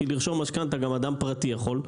כי לרשום משכנתה גם אדם פרטי יכול.